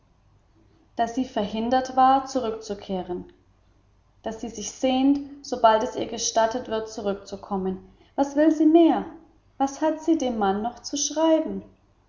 daß sie verhindert war zurückzukehren daß sie sich sehnt sobald es ihr gestattet wird zurückzukommen was will sie mehr was hat sie dem mann noch zu schreiben